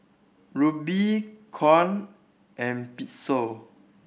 Rupee Kyat and Peso